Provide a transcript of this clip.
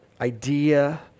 idea